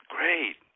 Great